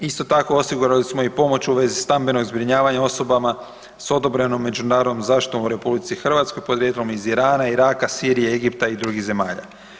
Isto tako osigurali smo i pomoć u vezi stambenog zbrinjavala osobama s odobrenom međunarodnom zaštitom u RH podrijetlom iz Irana, Iraka, Sirije, Egipta i drugih zemalja.